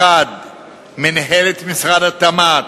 מינהלת משרד התמ"ת,